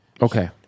Okay